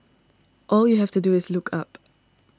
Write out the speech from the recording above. all you have to do is look up